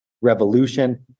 revolution